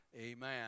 amen